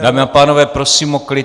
Dámy a pánové, prosím o klid!